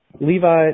Levi